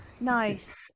Nice